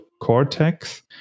Cortex